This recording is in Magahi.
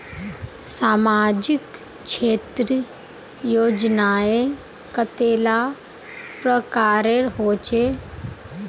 सामाजिक क्षेत्र योजनाएँ कतेला प्रकारेर होचे?